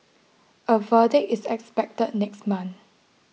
a verdict is expected next month